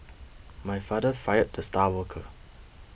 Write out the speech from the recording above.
my father fired the star worker